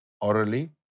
orally